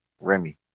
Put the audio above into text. Remy